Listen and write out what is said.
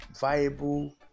viable